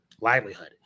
livelihood